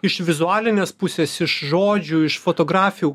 iš vizualinės pusės iš žodžių iš fotografijų